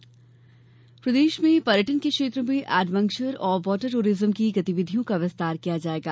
पर्यटन बैठक प्रदेश में पर्यटन के क्षेत्र में एडवेंचर और वॉटर टूरिज्म की गतिविधियों का विस्तार किया जायेगा